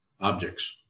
objects